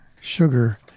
sugar